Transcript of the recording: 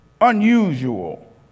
unusual